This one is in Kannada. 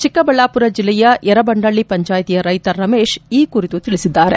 ಚಿಕ್ಕ ಬಳ್ಳಾಪುರ ಜಿಲ್ಲೆಯ ಎರಬಂಡಳ್ಳಿ ಪಂಚಾಯ್ತಿಯ ರೈತ ರಮೇಶ್ ಈ ಕುರಿತು ತಿಳಿಸಿದ್ದಾರೆ